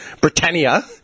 Britannia